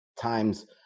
times